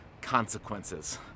consequences